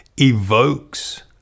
evokes